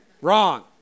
Wrong